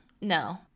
No